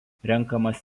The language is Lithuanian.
rengiamas